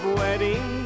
wedding